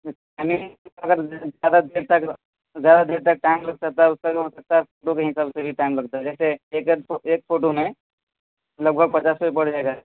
timing اگر زیادہ دیر تک زیادہ دیر تک ٹائم لگ سکتا ہے فوٹو کے حساب سے بھی ٹائم لگ سکتا ہے جیسے ایک ایک ایک فوٹو میں لگ بھگ پچاس روپئے پڑ جائے گا